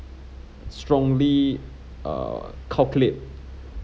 strongly err calculate